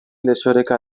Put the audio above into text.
desoreka